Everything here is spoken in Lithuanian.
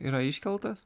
yra iškeltas